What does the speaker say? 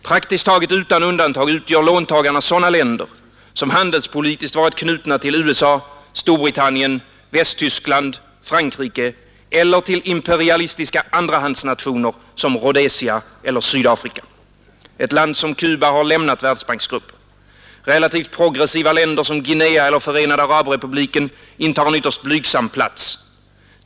Praktiskt taget utan undantag utgör låntagarna sådana länder som handelspolitiskt varit knutna till USA, Storbritannien, Västtyskland och Frankrike, eller till imperialistiska andrahandsnationer som Rhodesia eller Sydafrika. Ett land som Cuba har lämnat världsbanksgruppen. Relativt progressiva länder som Guinea eller Förenade arabrepubliken intar en ytterst blygsam plats.